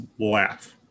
laugh